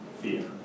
fear